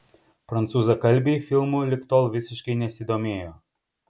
prancūzakalbiai filmu lig tol visiškai nesidomėjo